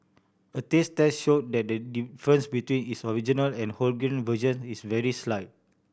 a taste test showed that the difference between its original and wholegrain versions is very slight